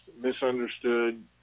misunderstood